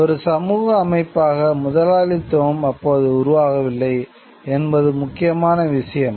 ஒரு சமூக அமைப்பாக முதலாளித்துவம் அப்போது உருவாகவில்லை என்பது முக்கியமான விஷயம்